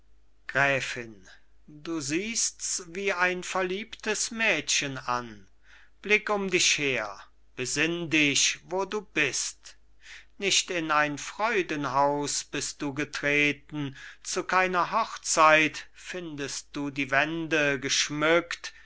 gräfin du siehsts wie ein verliebtes mädchen an blick um dich her besinn dich wo du bist nicht in ein freudenhaus bist du getreten zu keiner hochzeit findest du die wände geschmückt